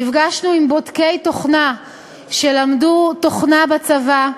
נפגשנו עם בודקי תוכנה שלמדו תוכנה בצבא,